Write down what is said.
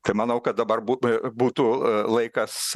tai manau kad dabar bū būtų laikas